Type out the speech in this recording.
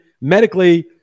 medically